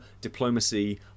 diplomacy